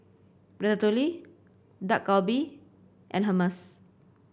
Ratatouille Dak Galbi and Hummus